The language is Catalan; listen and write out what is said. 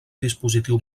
dispositiu